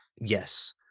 Yes